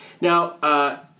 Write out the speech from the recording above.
now